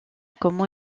comment